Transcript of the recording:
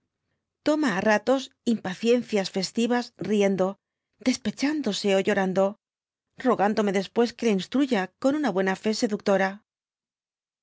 comprehender toxnaá ratos impaciencias festivas riendo despechándose ó llorando rogándome después que la instruya con una buena fé seductora